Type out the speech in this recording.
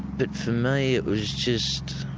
but for me it was just,